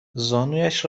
زانویش